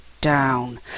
down